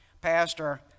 Pastor